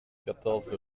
quatorze